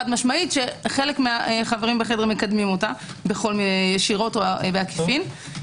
חד-משמעית שחלק מהחברים בחדר מקדמים אותה ישירות או בעקיפין.